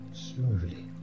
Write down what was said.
smoothly